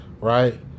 right